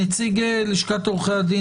נציג לשכת עורכי הדין,